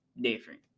different